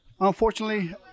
unfortunately